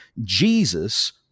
Jesus